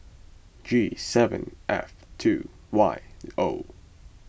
G seven F two Y O